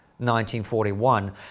1941